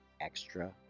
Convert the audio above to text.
extra